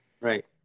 Right